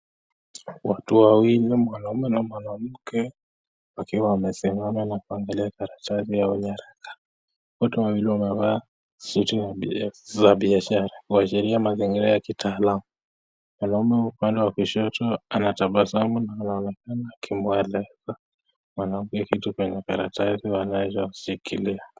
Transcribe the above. Watu wawili mwanaume na mwanamke wakiwa wamesimama na kuangalia karatasi au nyaraka. Wote wawili wamevaa suti za biashara kwa sheria ya mazingira ya kitaalamu. Mwanamume upande wa kushoto anatabasamu na anaonekana kumwelekeza mwanamke kitu kwenye karatasi wanayoishikilia.